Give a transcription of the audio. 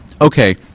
okay